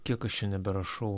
kiek aš čia neberašau